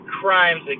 crimes